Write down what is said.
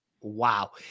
wow